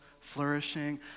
flourishing